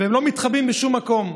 והם לא מתחבאים בשום מקום,